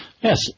Yes